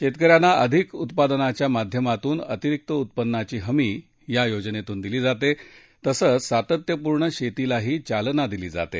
शेतकऱ्यांना अधिक उत्पादनाच्या माध्यमातून अतिरिक्त उत्पन्नाची हमी या योजनेतून दिली जाते तसंच सातत्यपूर्ण शेतीलाही चालना दिली जाते